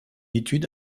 étude